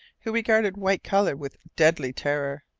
who regarded white colour with deadly terror?